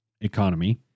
economy